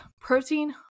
protein